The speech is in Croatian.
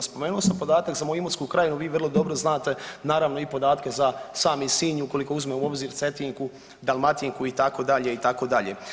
Spomenuo sam podatak za moju imotsku krajinu, vi vrlo dobro znate naravno i podatke za sami Sinj ukoliko uzmemo u obzir „Cetinku“, „Dalmatinku“ itd., itd.